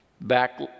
back